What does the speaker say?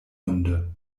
munde